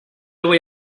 voy